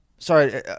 sorry